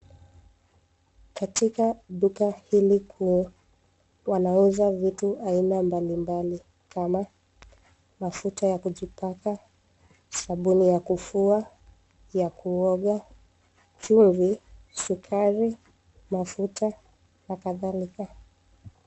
Katika duka hili kuu, wanauza vitu aina mbalimbali kama mafuta ya kujipaka, sabuni ya kufua, ya kuoga, chumvi, sukari, mafuta na kadhalika.